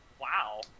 Wow